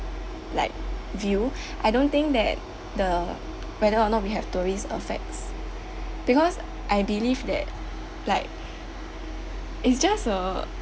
like view I don't think that the whether or not we have tourist effects because I believe that like is just a